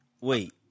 Wait